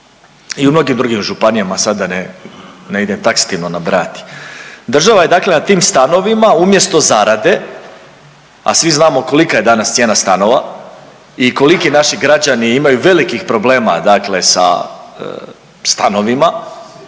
i u mnogim drugim županijama, sad da ne, ne idem taksativno nabrajati. Država je dakle na tim stanovima umjesto zarade, a svi znamo kolika je danas cijena stanova i koliki naši građani imaju velikih problema dakle sa stanovima,